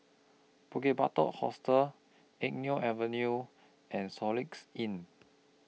Bukit Batok Hostel Eng Neo Avenue and Soluxe Inn